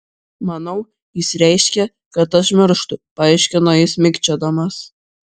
manau jis reiškia kad aš mirštu paaiškino jis mikčiodamas